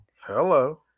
Hello